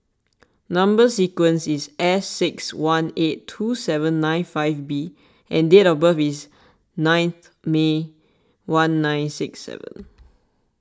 Number Sequence is S six one eight two seven nine five B and date of birth is nine May one nine six seven